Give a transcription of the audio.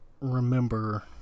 remember